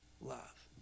love